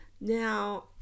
Now